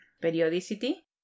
periodicity